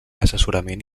assessorament